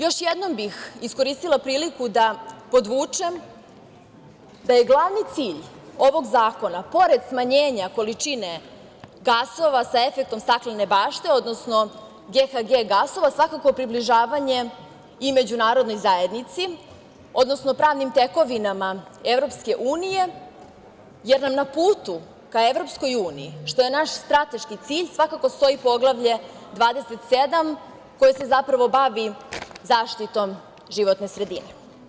Još jednom bih iskoristila priliku da podvučem da je glavni cilj ovog zakona, pored smanjenja količine gasova sa efektom staklene bašte odnosno GHG gasova, svakako približavanje i međunarodnoj zajednici, odnosno pravnim tekovinama EU, jer nam na putu ka EU, što je naš strateški cilj, svakako stoji Poglavlje 27, koje se zapravo bavi zaštitom životne sredine.